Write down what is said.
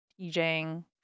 DJing